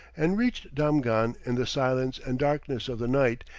and reached damghan in the silence and darkness of the night,